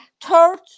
third